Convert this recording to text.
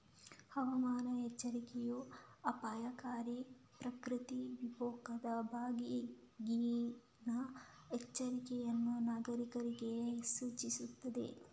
ಹವಾಮಾನ ಎಚ್ಚರಿಕೆಯೂ ಅಪಾಯಕಾರಿ ಪ್ರಕೃತಿ ವಿಕೋಪದ ಬಗೆಗಿನ ಎಚ್ಚರಿಕೆಯನ್ನು ನಾಗರೀಕರಿಗೆ ಸೂಚಿಸುತ್ತದೆ